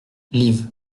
liv